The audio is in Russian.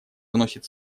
вносит